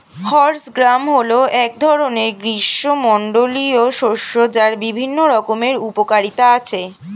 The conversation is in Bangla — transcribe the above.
হর্স গ্রাম হল এক ধরনের গ্রীষ্মমণ্ডলীয় শস্য যার বিভিন্ন রকমের উপকারিতা আছে